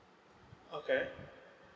okay